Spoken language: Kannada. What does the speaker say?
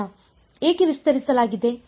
ಏಕೆ ವಿಸ್ತರಿಸಲಾಗಿದೆ